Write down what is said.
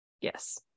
Yes